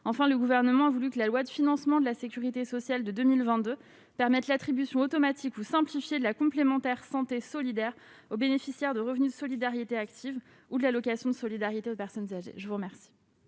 enfin, le gouvernement a voulu que la loi de financement de la Sécurité sociale de 2022 permettent l'attribution automatique ou simplifier de la complémentaire santé solidaire aux bénéficiaires de Revenu de Solidarité Active ou de l'allocation de solidarité aux personnes âgées, je vous remercie.